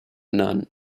nun